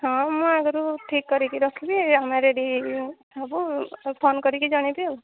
ହଁ ମୁଁ ଆଗରୁ ଠିକ କରିକି ରଖିବି ଆମେ ରେଡ଼ି ହେଇକି ଥିବୁ ଫୋନ୍ କରିକି ଜଣେଇବି ଆଉ